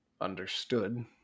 understood